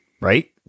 right